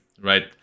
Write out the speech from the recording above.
right